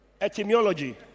Etymology